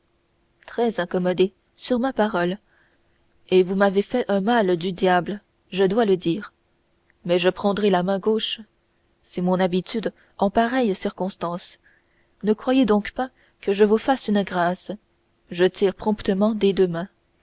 très incommodé sur ma parole et vous m'avez fait un mal du diable je dois le dire mais je prendrai la main gauche c'est mon habitude en pareille circonstance ne croyez donc pas que je vous fasse une grâce je tire proprement des deux mains